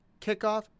kickoff